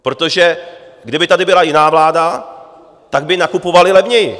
Protože kdyby tady byla jiná vláda, tak by nakupovali levněji.